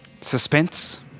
Suspense